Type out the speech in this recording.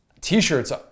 T-shirts